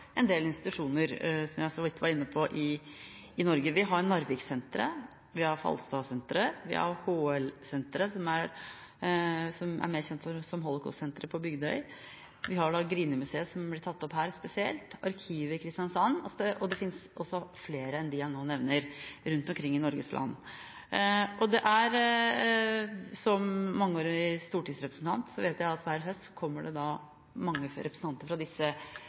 var inne på. Vi har Narviksenteret, vi har Falstadsenteret, vi har HL-senteret på Bygdøy, som er mer kjent som Holocaust-senteret, vi har Grini-museet, som ble tatt opp spesielt her, vi har Arkivet i Kristiansand, og det finnes også flere enn dem jeg nå nevner, rundt omkring i Norges land. Som mangeårig stortingsrepresentant vet jeg at hver høst kommer det mange representanter fra disse